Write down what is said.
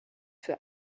für